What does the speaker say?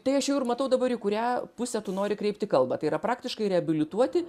tai aš jau ir matau dabar į kurią pusę tu nori kreipti kalbą tai yra praktiškai reabilituoti